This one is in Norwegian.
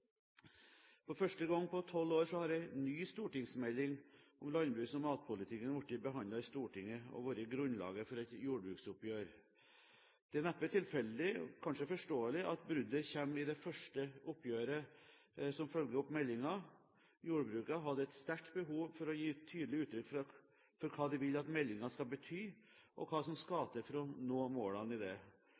For første gang på tolv år har en ny stortingsmelding om landbruks- og matpolitikken blitt behandlet i Stortinget og vært grunnlaget for et jordbruksoppgjør. Det er neppe tilfeldig – og kanskje forståelig – at bruddet kommer i det første oppgjøret som følger opp meldingen. Jordbruket hadde et sterkt behov for å gi tydelig uttrykk for hva de vil at meldingen skal bety, og hva som skal til for å nå målene i